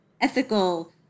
ethical